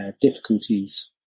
difficulties